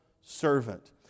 servant